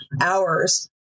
hours